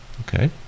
Okay